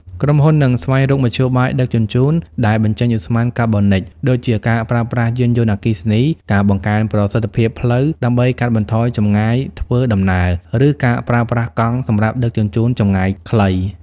ក្រុមហ៊ុននឹងស្វែងរកមធ្យោបាយដឹកជញ្ជូនដែលបញ្ចេញឧស្ម័នកាបូនតិច ដូចជាការប្រើប្រាស់យានយន្តអគ្គិសនី ការបង្កើនប្រសិទ្ធភាពផ្លូវដើម្បីកាត់បន្ថយចម្ងាយធ្វើដំណើរ ឬការប្រើប្រាស់កង់សម្រាប់ដឹកជញ្ជូនចម្ងាយខ្លី។